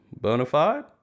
Bonafide